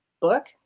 book